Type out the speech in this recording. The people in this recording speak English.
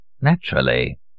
Naturally